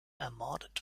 ermordet